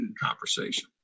conversation